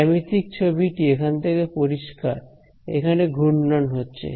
জ্যামিতিক ছবিটি এখান থেকে পরিষ্কার এখানে ঘূর্ণন হচ্ছে